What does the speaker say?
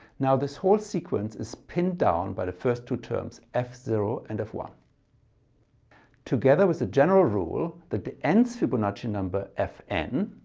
now this whole sequence is pinned down by the first two terms f zero and f one together with a general rule that the nth fibonacci number f n